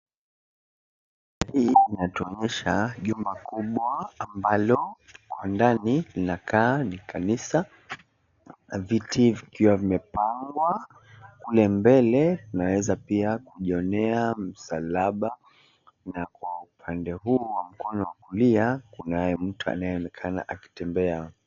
Hii inatuonyesha jumba kubwa ambalo kwa ndani linakaa ni kanisa, viti vikiwa vimepangwa kule mbele unaeza pia kujionea msalaba na kwa upande huu wa mkono wa kulia kunaye mtu anaonekana akitembea.